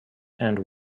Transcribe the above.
and